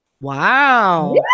Wow